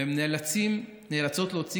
והן נאלצות להוציא